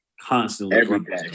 constantly